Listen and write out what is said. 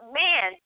man